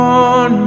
on